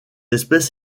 espèce